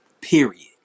period